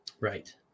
Right